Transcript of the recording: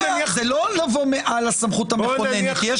זה לא לבוא מעל הסמכות המכוננת.